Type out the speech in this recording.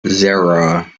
zero